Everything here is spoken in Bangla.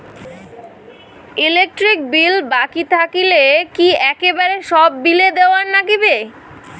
ইলেকট্রিক বিল বাকি থাকিলে কি একেবারে সব বিলে দিবার নাগিবে?